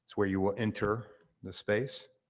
where you ah enter the space.